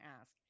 ask